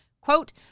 Quote